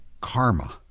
karma